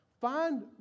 Find